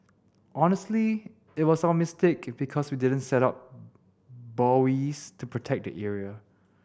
honestly it was our mistake because we didn't set up buoys to protect the area